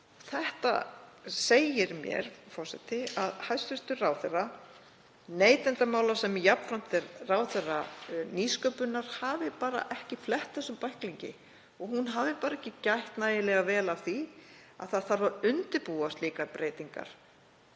Þetta segir mér að hæstv. ráðherra neytendamála, sem er jafnframt ráðherra nýsköpunar, hafi ekki flett þessum bæklingi. Hún hafi ekki gætt nægilega vel að því að það þarf að undirbúa slíkar breytingar